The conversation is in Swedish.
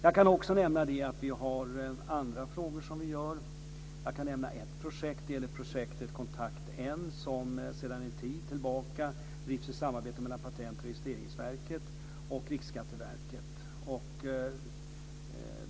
Jag kan också nämna att vi arbetar med andra frågor. Projektet Kontakten drivs sedan en tid tillbaka i samarbete mellan Patent och registreringsverket och Riksskatteverket.